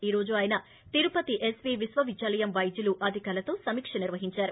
ఈ రోజు ఆయన తిరుపతి ఎస్వీ విశ్వవిద్యాలయం వైద్యులు అధికారులతో సమీక నిర్వహించారు